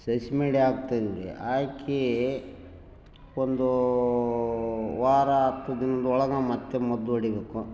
ಸಸಿ ಮಡಿ ಹಾಕ್ತಾಯಿದಿವ್ರಿ ಹಾಕಿ ಒಂದು ವಾರ ಹತ್ತು ದಿನ್ದೊಳಗೆ ಮತ್ತು ಮದ್ದೊಡಿಬೇಕು